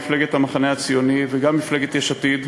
מפלגת המחנה הציוני וגם מפלגת יש עתיד.